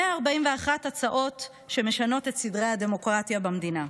141 הצעות שמשנות את סדרי הדמוקרטיה במדינה,